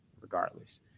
regardless